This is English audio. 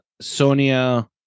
Sonia